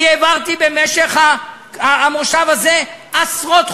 אני העברתי במשך המושב הזה עשרות חוקים,